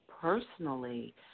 personally